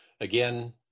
again